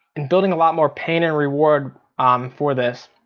and building a lot more pain and reward for this.